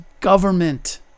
government